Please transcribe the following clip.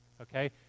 okay